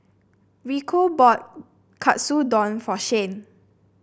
Rico bought Katsudon for Shyanne